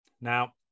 now